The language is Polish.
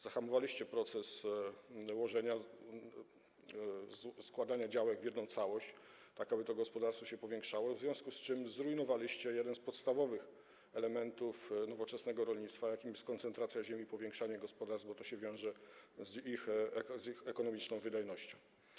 Zahamowaliście proces składania działek w jedną całość tak, aby gospodarstwo się powiększało, w związku z czym zrujnowaliście jeden z podstawowych elementów nowoczesnego rolnictwa, jakim jest koncentracja ziemi i powiększanie gospodarstw, wiążący się z ich ekonomiczną wydajnością.